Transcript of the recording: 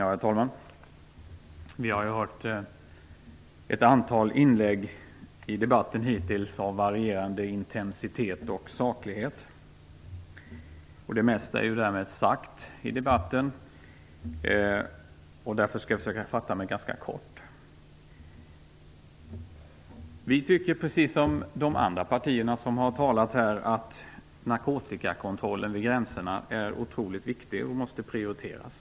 Herr talman! Vi har hört ett antal inlägg i debatten hittills av varierande intensitet och saklighet. Det mesta är därmed redan sagt i debatten. Därför skall jag försöka fatta mig ganska kort. Vi tycker precis som företrädarna för de andra partierna som har talat här att narkotikakontrollen vid gränserna är otroligt viktig och måste prioriteras.